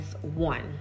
one